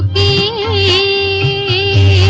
e